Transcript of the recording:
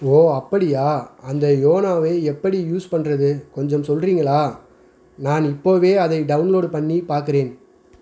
ஓ அப்படியா அந்த யோனோவை எப்படி யூஸ் பண்ணுறது கொஞ்சம் சொல்கிறீங்களா நான் இப்போவே அதை டவுன்லோடு பண்ணி பார்க்குறேன்